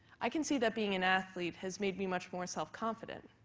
i can see that being an athlete has made me much more self-confident.